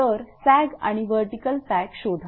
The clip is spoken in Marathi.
तर सॅग आणि वर्टीकल सॅग शोधा